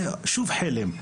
זה שוב חלם.